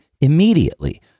immediately